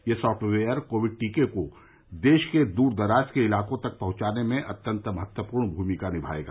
यह software COVID टीके को देश के दूर दराज इलाकों तक पहुंचाने में अत्यन्त महत्वपूर्ण भूमिका निभाएगा